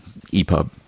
EPUB